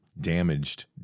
damaged